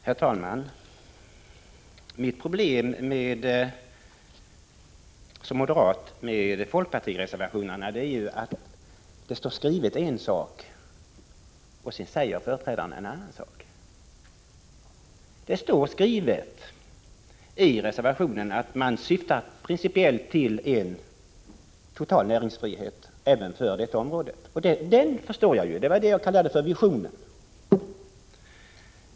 Herr talman! För mig som moderat är problemet med folkpartireservationerna att det står skrivet en sak — och sedan säger företrädaren en annan sak. Det står skrivet i reservationen att man syftar principiellt till en total näringsfrihet även för detta område. Det förstår jag. Det var det jag kallade för visionen.